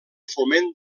foment